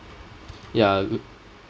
yeah u~